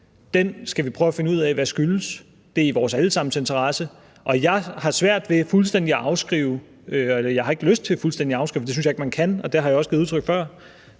Den skal vi prøve at finde ud af hvad skyldes; det er i vores alle sammens interesse. Og jeg har svært ved fuldstændig at afskrive og jeg har ikke lyst til fuldstændig at afskrive – det synes jeg ikke man kan, og det har jeg også givet udtryk for